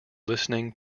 listening